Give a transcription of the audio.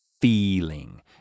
feeling